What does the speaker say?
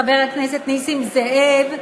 חבר הכנסת נסים זאב,